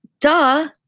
Duh